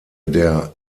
der